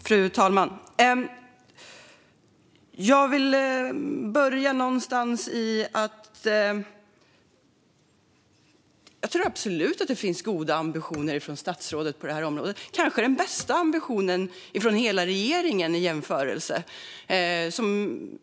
Fru talman! Jag tror absolut att det finns goda ambitioner från statsrådet på detta område, kanske den bästa ambitionen från hela regeringen vid en jämförelse.